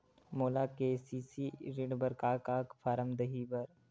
मोला के.सी.सी ऋण बर का का फारम दही बर?